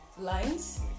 lines